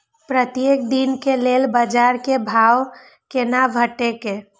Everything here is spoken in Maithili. प्रत्येक दिन के लेल बाजार क भाव केना भेटैत?